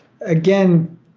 again